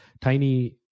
tiny